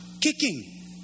kicking